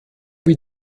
wie